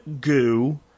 goo